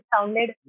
sounded